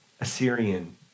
Assyrian